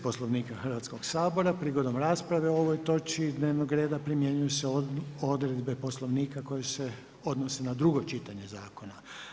Poslovnika Hrvatskog sabora, prigodom rasprave o ovoj točki dnevnog reda primjenjuju se odredbe Poslovnika koje se odnose na drugo čitanje zakona.